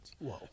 Whoa